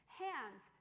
hands